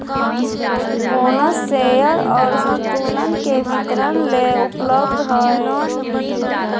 bonus share और संतुलन के वितरण ले उपलब्ध हइ